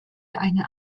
eine